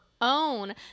own